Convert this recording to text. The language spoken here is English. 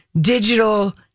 digital